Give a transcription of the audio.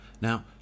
Now